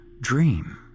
dream